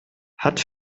hat